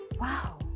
wow